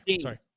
sorry